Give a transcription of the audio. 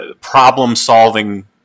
problem-solving